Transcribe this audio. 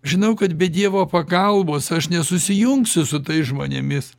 žinau kad be dievo pagalbos aš nesusijungsiu su tais žmonėmis